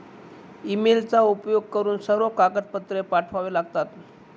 ईमेलचा उपयोग करून सर्व कागदपत्रे पाठवावे लागतात